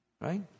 Right